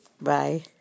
Bye